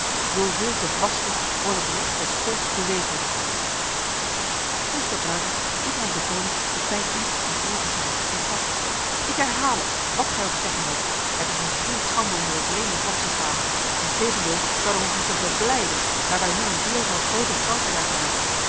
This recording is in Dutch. standaard zoveel te vaster wordt het recht des volks bezegeld meester brakels liet aan deconinck de tijd niet om voort te gaan en sprak ik herhaal het wat gij ook zeggen moogt het is ons geen schande onder een vreemde vorst te staan integendeel zouden wij ons moeten verblijden daar wij nu een deel van het grote frankrijk uitmaken